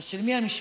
אז של מי המשפט,